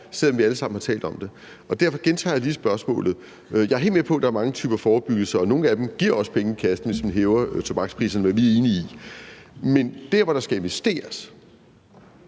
selv om vi alle sammen har talt om det, og derfor gentager jeg lige spørgsmålet. Jeg er helt med på, at der er mange typer forebyggelse, og at nogle af dem også giver penge i kassen, f.eks. hvis man hæver tobakspriserne, hvad vi er enige i. Men hvis man der, hvor der skal investeres,